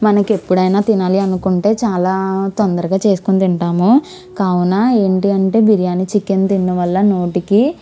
మనకి ఎప్పుడైనా తినాలి అనుకుంటే చాలా తొందరగా చేసుకొని తింటాము కావునా ఏంటి అంటే బిర్యాని చికెన్ తినడం వల్ల నోటికి